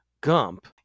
gump